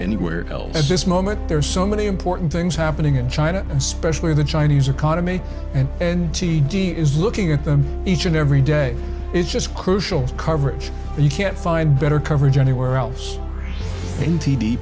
anywhere else at this moment there are so many important things happening in china especially the chinese economy and and t d is looking at them each and every day is just crucial coverage and you can't find better coverage anywhere else in t